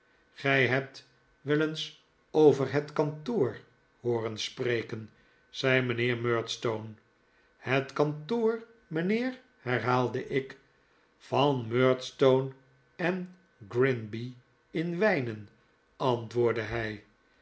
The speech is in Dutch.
gij hebt wel eens over het kantoor hooren spreken zei mijnheer murdstone het kantoor mijnheer herhaalde ik van murdstone en grinby in wijnen antwoordde hij